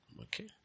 Okay